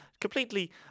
completely